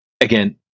again